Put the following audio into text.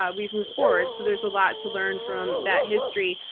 um we've moved forward. so there's a lot to learn from that history.